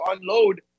unload